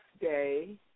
Day